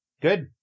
Good